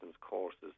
courses